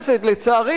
לך,